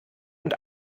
und